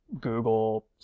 Google